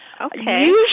Okay